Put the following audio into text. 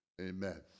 amen